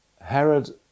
Herod